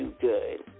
good